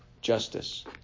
justice